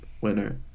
winner